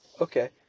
Okay